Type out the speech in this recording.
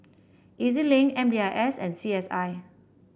E Z Link M D I S and C S I